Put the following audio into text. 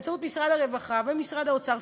באמצעות משרד הרווחה ומשרד האוצר,